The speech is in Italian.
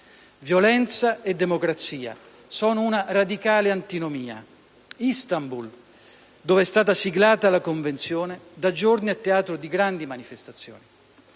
Violenza e democrazia sono una radicale antinomia. Istanbul, dove è stata siglata la Convenzione, da giorni è teatro di grandi manifestazioni.